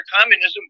communism